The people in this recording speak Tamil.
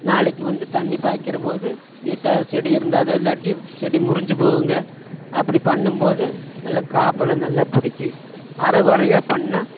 நாளைக்கு வந்து தண்ணி பாய்ச்சுற போது நீட்டாக செடி இருந்தால் தான் இல்லாட்டி செடி முறிஞ்சு போகும்ங்க அப்படி பண்ணும் போது நல்ல காய்ப்புலாம் நல்ல புடிக்கும் அரைகுறையாக பண்ணால்